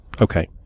okay